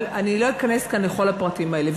אבל אני לא אכנס כאן לכל הפרטים האלה.